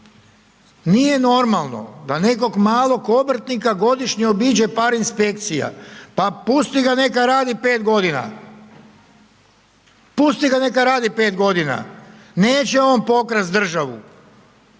Nije normalno da nekog malog obrtnika godišnje obiđe par inspekcija, pa pusti ga neka radi 5.g., pusti ga neka radi 5.g., neće on pokrast državu,